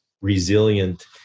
resilient